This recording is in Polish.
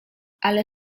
ale